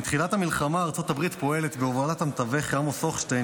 מתחילת המלחמה ארצות הברית פועלת בהובלת המתווך עמוס הוכשטיין